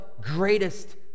greatest